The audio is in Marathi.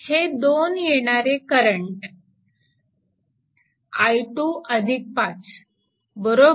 तर हे दोन येणारे करंट i2 5